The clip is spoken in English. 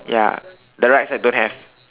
ya the right side don't have